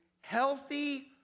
healthy